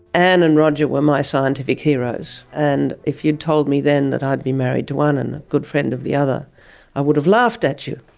anne and roger were my scientific heroes, and if you'd told me then that i'd be married to one and a good friend of the other i would have laughed at you.